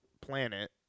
planet